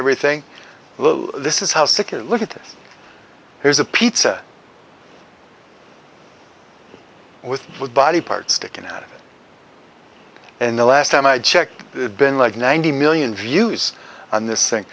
everything this is how secure look at this here's a pizza with with body parts sticking out and the last time i checked it been like ninety million views on this thing